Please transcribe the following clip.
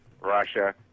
Russia